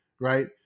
Right